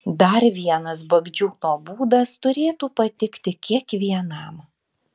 dar vienas bagdžiūno būdas turėtų patikti kiekvienam